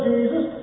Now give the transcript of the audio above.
Jesus